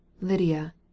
lydia